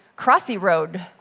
crossy road,